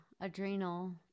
adrenal